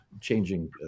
changing